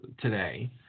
today